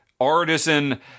artisan